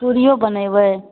पूरियो बनेबै